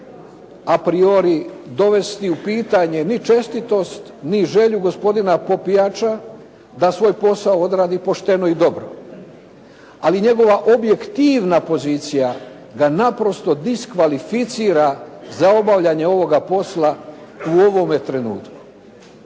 a priori dovesti u pitanje ni čestitost ni želju gospodina Popijača da svoj posao odradi pošteno i dobro, ali njegova objektivna pozicija ga naprosto diskvalificira za obavljanje ovoga posla u ovome trenutku.